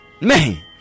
Man